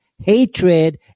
hatred